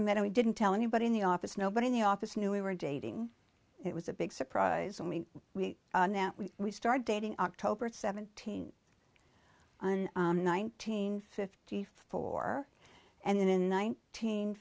i met him we didn't tell anybody in the office nobody in the office knew we were dating it was a big surprise i mean we now we we started dating october seventeenth on nineteen fifty four and in nineteen